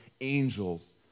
angels